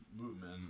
movement